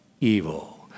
evil